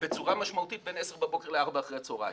בצורה משמעותית בין 10:00 בבוקר ל-4:00 אחר הצוהריים.